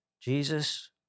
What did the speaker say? Jesus